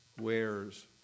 wares